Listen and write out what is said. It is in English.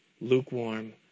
lukewarm